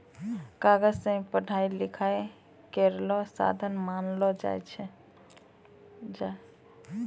कागज सें ही पढ़ाई लिखाई केरो साधन बनलो छै